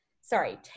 sorry